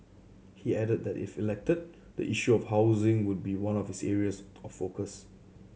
he added that if elected the issue of housing would be one of his areas of focus